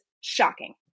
shocking